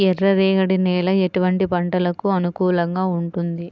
ఎర్ర రేగడి నేల ఎటువంటి పంటలకు అనుకూలంగా ఉంటుంది?